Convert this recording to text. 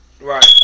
right